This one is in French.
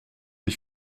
des